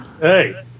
Hey